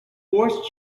forced